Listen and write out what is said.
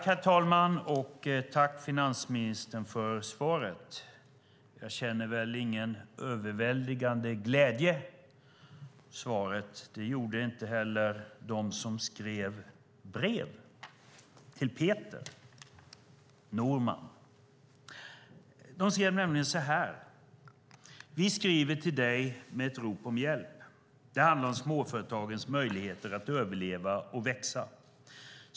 Herr talman! Tack, finansministern, för svaret! Jag känner väl ingen överväldigande glädje över svaret. Det gjorde inte heller de som skrev brev till Peter Norman. De skrev nämligen följande: Vi skriver till dig med ett rop om hjälp. Det handlar om småföretagens möjligheter att överleva och växa.